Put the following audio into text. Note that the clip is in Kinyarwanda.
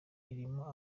ririmo